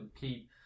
keep